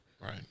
right